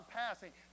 passing